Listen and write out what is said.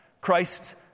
christ